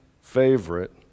favorite